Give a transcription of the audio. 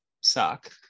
suck